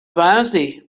woansdei